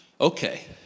okay